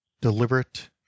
deliberate